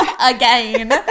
again